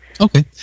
Okay